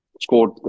Scored